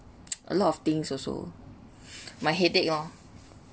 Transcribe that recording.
a lot of things also my headache oh